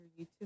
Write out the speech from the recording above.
YouTube